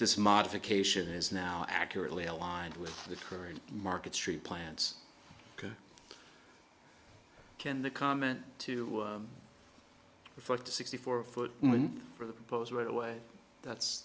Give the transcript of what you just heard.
this modification is now accurately aligned with the current market street plants can the comment to reflect the sixty four foot for the boat right away that's